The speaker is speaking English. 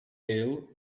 ale